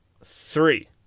Three